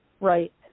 Right